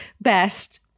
Best